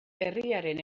herriaren